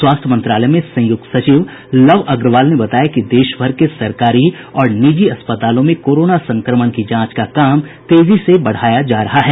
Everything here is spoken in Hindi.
स्वास्थ्य मंत्रालय में संयुक्त सचिव लव अग्रवाल ने बताया कि देशभर के सरकारी और निजी अस्पतालों में कोरोना संक्रमण की जांच का काम तेजी से बढ़ाया जा रहा है